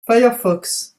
firefox